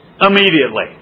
immediately